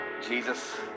Jesus